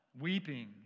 weeping